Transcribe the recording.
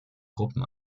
gruppen